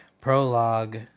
prologue